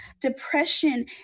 depression